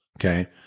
okay